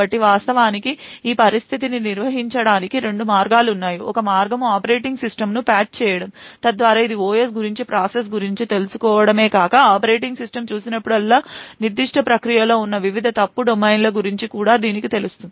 కాబట్టి వాస్తవానికి ఈ పరిస్థితిని నిర్వహించడానికి రెండు మార్గాలు ఉన్నాయి ఒక మార్గము ఆపరేటింగ్ సిస్టమ్ను ప్యాచ్ చేయడం తద్వారా ఇది OS గురించి ప్రాసెస్ గురించి తెలుసుకోవడమే కాక ఆపరేటింగ్ సిస్టమ్ చూసినప్పుడల్లా నిర్దిష్ట ప్రక్రియలో ఉన్న వివిధ ఫాల్ట్ డొమైన్ల గురించి కూడా దీనికి తెలుసు